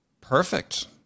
Perfect